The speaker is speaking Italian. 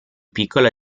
piccola